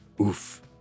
oof